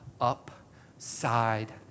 upside